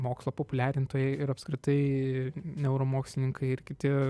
mokslo populiarintojai ir apskritai neuromokslininkai ir kiti